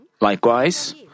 Likewise